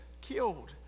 killed